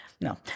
No